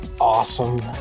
awesome